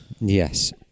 Yes